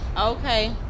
Okay